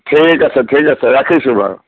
ঠিক আছে ঠিক আছে ৰাখিছোঁ বাৰু